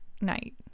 night